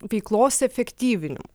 veiklos efektyvinimu